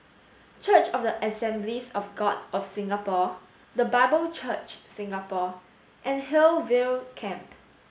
church of the Assemblies of God of Singapore The Bible Church Singapore and Hillview Camp